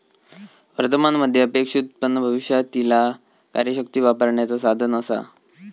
वर्तमान मध्ये अपेक्षित उत्पन्न भविष्यातीला कार्यशक्ती वापरण्याचा साधन असा